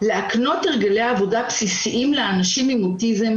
להקנות הרגלי עבודה בסיסיים לאנשים עם אוטיזם,